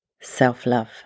self-love